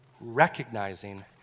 recognizing